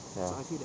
ya